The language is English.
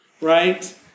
right